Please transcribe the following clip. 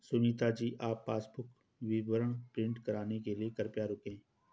सुनीता जी आप पासबुक विवरण प्रिंट कराने के लिए कृपया रुकें